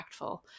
impactful